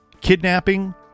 Kidnapping